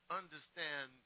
understand